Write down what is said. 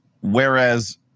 whereas